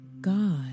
God